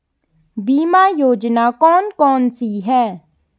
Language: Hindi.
बीमा योजना कौन कौनसी हैं?